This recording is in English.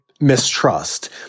Mistrust